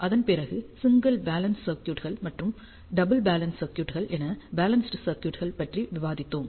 அதன் பிறகு single balance சர்க்யூட்கள் மற்றும் டபிள் பேலன்ஸ் சர்க்யூட்கள் என பேலன்ஸ்டு சர்க்யூட்கள் பற்றி விவாதித்தோம்